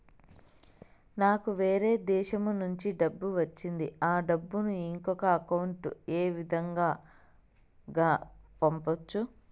నాకు వేరే దేశము నుంచి డబ్బు వచ్చింది ఆ డబ్బును ఇంకొక అకౌంట్ ఏ విధంగా గ పంపొచ్చా?